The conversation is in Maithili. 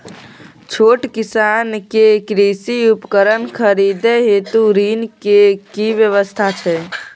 छोट किसान के कृषि उपकरण खरीदय हेतु ऋण के की व्यवस्था छै?